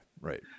Right